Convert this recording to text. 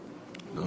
בבקשה.